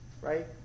Right